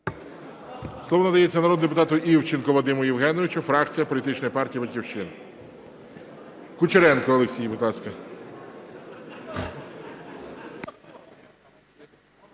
Слово надається народному депутату Івченку Вадиму Євгеновичу, фракція політичної партії "Батьківщина". Кучеренко Олексій, будь ласка.